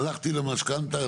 הלכתי למשכנתא,